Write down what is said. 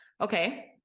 Okay